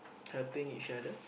helping each other